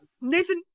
Nathan